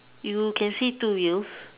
you can see two youths